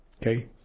Okay